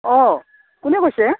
অঁ কোনে কৈছে